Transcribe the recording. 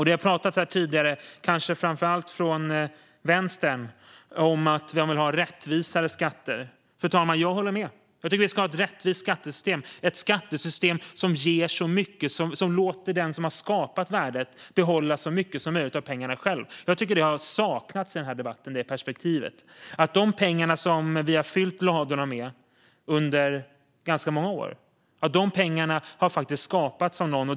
Det har pratats här tidigare, kanske framför allt från vänstern, om att man vill ha rättvisare skatter. Jag håller med, fru talman. Jag tycker att vi ska ha ett rättvist skattesystem, ett skattesystem som låter den som har skapat värdet behålla så mycket som möjligt av pengarna själv. Jag tycker att det perspektivet har saknats i den här debatten. De pengar som vi har fyllt ladorna med under ganska många år har skapats av någon.